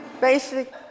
basic